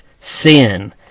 sin